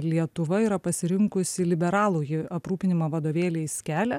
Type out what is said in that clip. lietuva yra pasirinkusi liberalųjį aprūpinimą vadovėliais kelią